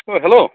অঁ হেল্ল'